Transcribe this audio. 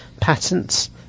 patents